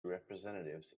representatives